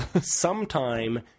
sometime